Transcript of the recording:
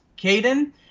Caden